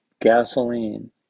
gasoline